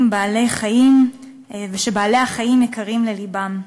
בעלי-חיים ושבעלי-החיים יקרים ללבם,